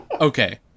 Okay